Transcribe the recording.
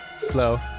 slow